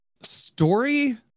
Story